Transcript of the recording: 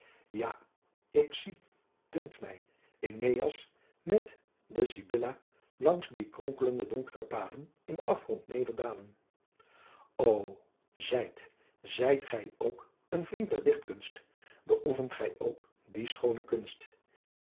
ja ik zie dunkt mij aeneas met de sibylla langs die kronkelende donkere paden in den afgrond nederdalen o zijt zijt gij ook een vriend der dichtkunst beoefent gij ook die schoone kunst